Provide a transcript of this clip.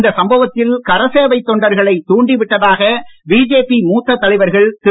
இந்த சம்பவத்தில் கரசேவை தொண்டர்களை தூண்டிவிட்டதாக பிஜேபி மூத்த தலைவர்கள் திரு